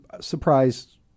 surprised